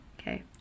Okay